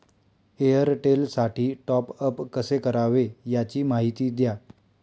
एअरटेलसाठी टॉपअप कसे करावे? याची माहिती द्या